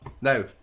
Now